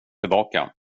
tillbaka